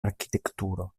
arkitekturo